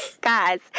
guys